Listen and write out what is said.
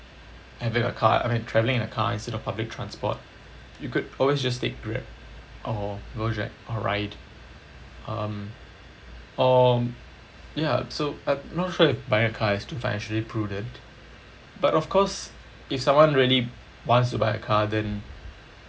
having a car I mean travelling in a car instead of public transport you could always just take Grab or Gojek or Ryde um or ya so I'm not sure if buying a car is still financially prudent but of course if someone really wants to buy a car then